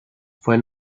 fue